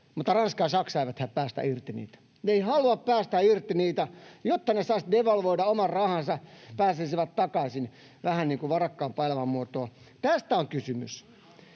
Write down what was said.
mutta Ranska ja Saksa eivät päästä irti niitä. Ne eivät halua päästää irti niitä, jotta ne saisivat devalvoida oman rahansa, pääsisivät takaisin vähän niin kuin varakkaampaan elämänmuotoon — tästä on kysymys.